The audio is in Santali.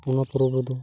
ᱚᱱᱟ ᱯᱚᱨᱚᱵ ᱨᱮᱫᱚ